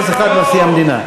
נשיא המדינה,